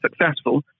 successful